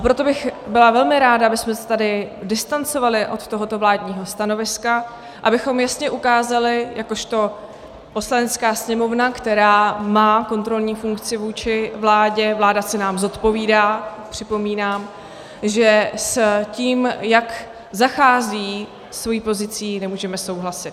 Proto bych byla velmi ráda, abychom se tady distancovali od tohoto vládního stanoviska, abychom jasně ukázali jakožto Poslanecká sněmovna, která má kontrolní funkci vůči vládě vláda se nám zodpovídá, připomínám , že s tím, jak zachází se svou pozicí, nemůžeme souhlasit.